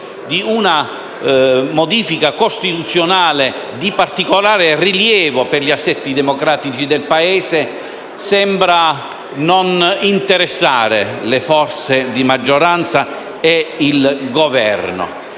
di una modifica costituzionale di particolare rilievo per gli assetti democratici del Paese, sembra non interessare le forze di maggioranza e il Governo.